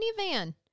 minivan